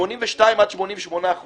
מ-82% עד 88%